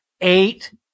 eight